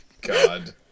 God